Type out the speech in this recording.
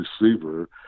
receiver